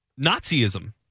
Nazism